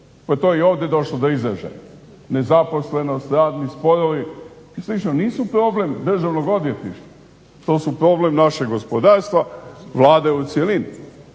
pa je to i ovdje došlo do izražaja. Nezaposlenost, radni sporovi i sl. nisu problem Državno odvjetništva, to su problem našeg gospodarstva, Vlade u cjelini